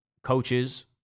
coaches